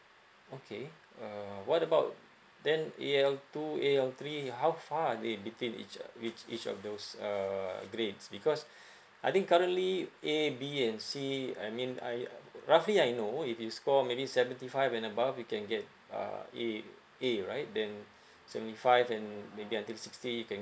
okay uh what about then A_L two A_L three how far they between each which each of those uh grades because I think currently A B and C I mean I roughly I know if you score maybe seventy five and above you can get uh A A right then seventy five and maybe until sixty you can